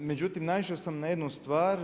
Međutim, naišao sam na jednu stvar.